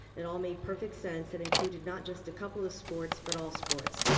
it all made perfect sense and included not just a couple of sports but all sports.